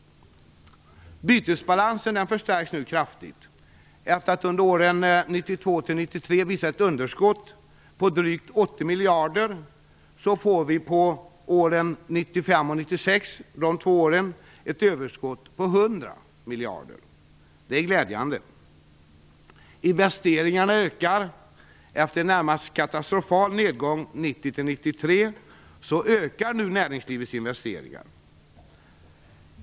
Bytesbalansen förstärks nu kraftigt. Efter att under åren 1992-1993 ha visat ett underskott på drygt 80 miljarder kronor får vi under de två åren 1995 och 1996 ett överskott på 100 miljarder kronor. Det är glädjande. Investeringarna ökar. Efter en närmast katastrofal nedgång 1990-1993 ökar nu näringslivets investeringar.